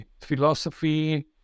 philosophy